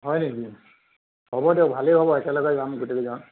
হয় নেকি হ'ব দিয়ক ভালেই হ'ব একেলগে যাম গোটেই কেইজন